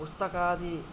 पुस्तकादि